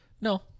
no